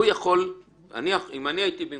אם הייתי במקומו,